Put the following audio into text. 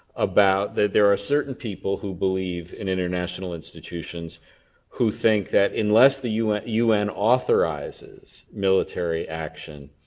about that there are certain people who believe in international institutions who think that unless the un un authorizes military action,